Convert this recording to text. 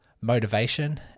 motivation